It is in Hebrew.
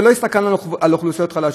ולא הסתכלנו על אוכלוסיות חלשות.